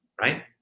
right